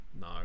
no